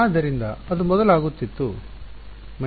ಆದ್ದರಿಂದ ಅದು ಮೊದಲು ಆಗುತ್ತಿತ್ತು